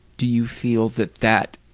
do you feel that that